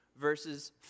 verses